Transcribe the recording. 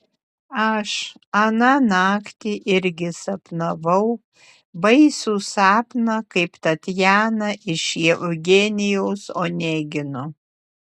aš aną naktį irgi sapnavau baisų sapną kaip tatjana iš eugenijaus onegino